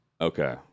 Okay